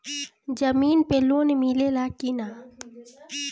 जमीन पे लोन मिले ला की ना?